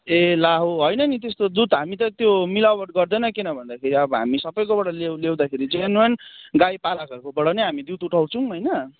ए ला हो होइन नि त्यस्तो दुध हामी त त्यो मिलावट गर्दैन किन भन्दाखेरि अब हामी सबैकोबाट ल्याउँ ल्याउँदाखेरि चाहिँ जेनुएन गाईपालकहरूकोबाट नै हामी दुध उठाउँछौँ होइन